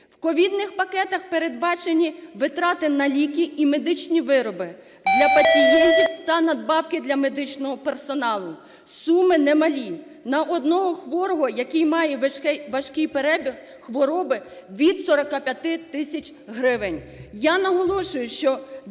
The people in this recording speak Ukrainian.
В ковідних пакетах передбачені витрати на ліки і медичні вироби для пацієнтів та надбавки для медичного персоналу. Суми немалі: на одного хворого, який має важкий перебіг хвороби, від 45 тисяч гривень.